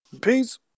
Peace